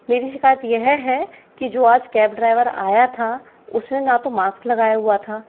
मेरी शिकायत यह है कि जो आज कैब ड्राइवर आया था उसने ना तो मास्क लगाया हुआ था